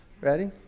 Ready